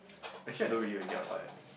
actually I don't really will get one